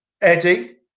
Eddie